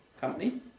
company